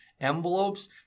envelopes